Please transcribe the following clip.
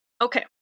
Okay